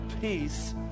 peace